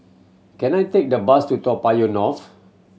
can I take the bus to Toa Payoh North